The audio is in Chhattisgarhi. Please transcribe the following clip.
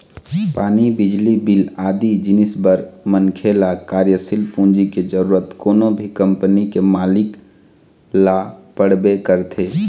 पानी, बिजली बिल आदि जिनिस बर मनखे ल कार्यसील पूंजी के जरुरत कोनो भी कंपनी के मालिक ल पड़बे करथे